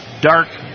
dark